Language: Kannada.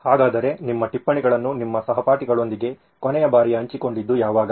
ಹಾಗಾದರೆ ನಿಮ್ಮ ಟಿಪ್ಪಣಿಗಳನ್ನು ನಿಮ್ಮ ಸಹಪಾಠಿಗಳೊಂದಿಗೆ ಕೊನೆಯ ಬಾರಿಗೆ ಹಂಚಿಕೊಂಡದ್ದು ಯಾವಾಗ